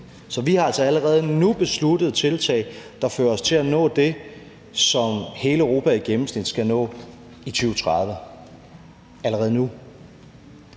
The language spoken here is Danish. Så vi har altså allerede nu besluttet tiltag, der fører os til at nå det, som hele Europa i gennemsnit skal nå i 2030. Eller